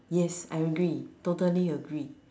yes I agree totally agree